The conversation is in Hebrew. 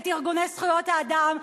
את ארגוני זכויות האדם,